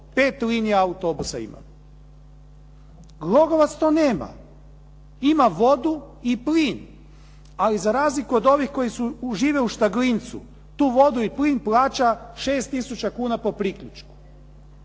5 linija autobusa imamo. Glogovac to nema. Ima vodu i plin, ali za razliku od ovih koji žive u Štaglincu, tu vodu i plin plaća 6 tisuća kuna po priključku.